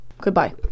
Goodbye